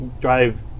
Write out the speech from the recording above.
drive